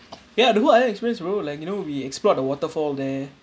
ya the whole island experience bro like you know we explored the waterfall there